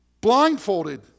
blindfolded